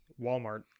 walmart